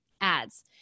ads